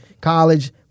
college